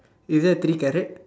you don't have three carrot